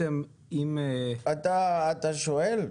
אתה שואל?